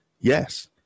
Yes